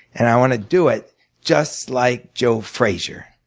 and i want to do it just like joe frazier.